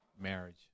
marriage